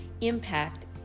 impact